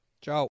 Ciao